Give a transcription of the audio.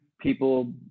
people